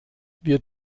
wir